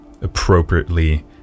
appropriately